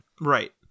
Right